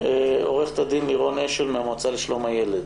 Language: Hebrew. עו"ד לירון אשל מהמועצה לשלום הילד.